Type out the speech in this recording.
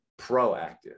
proactive